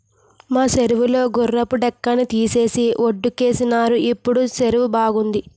మా సెరువు లో గుర్రపు డెక్కని తీసేసి వొడ్డుకేసినారు ఇప్పుడు సెరువు బావుంది